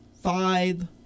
five